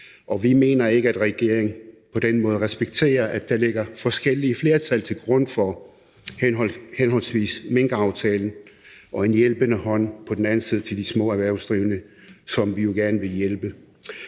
vi mener ikke, at regeringen på den måde respekterer, at der ligger forskellige flertal til grund for henholdsvis minkaftalen og en hjælpende hånd til de små erhvervsdrivende, som vi jo gerne vil hjælpe.